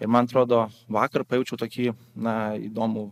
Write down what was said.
ir man atrodo vakar pajaučiau tokį na įdomų